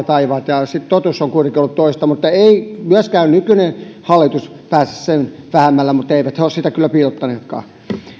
taivaat ja sitten totuus on kuitenkin ollut toista myöskään nykyinen hallitus ei pääse sen vähemmällä mutta eivät he ole sitä kyllä piilottaneetkaan